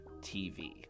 tv